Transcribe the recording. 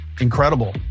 incredible